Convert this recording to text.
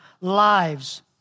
lives